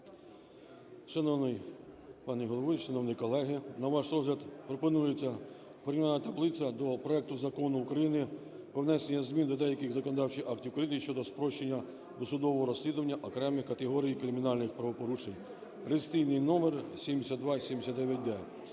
пане головуючий, шановні колеги! На ваш розгляд пропонується порівняльна таблиця до проекту Закону України про внесення змін до деяких законодавчих актів України щодо спрощення досудового розслідування окремих категорій кримінальних правопорушень (реєстраційний номер 7279-д),